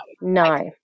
No